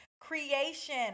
creation